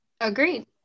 agreed